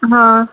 हँ